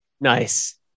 nice